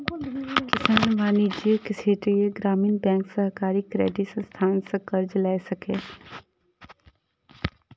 किसान वाणिज्यिक, क्षेत्रीय ग्रामीण बैंक, सहकारी क्रेडिट संस्थान सं कर्ज लए सकैए